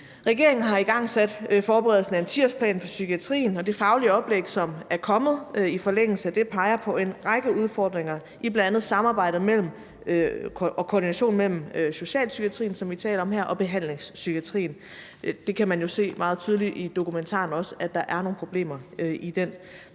Regeringen har igangsat forberedelsen af en 10-årsplan for psykiatrien, og det faglige oplæg, som er kommet i forlængelse af det, peger på en række udfordringer i bl.a. samarbejdet og koordinationen mellem socialpsykiatrien, som vi taler om her, og behandlingspsykiatrien. Man kan jo også se meget tydeligt i dokumentaren, at der er nogle problemer der,